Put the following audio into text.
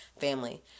family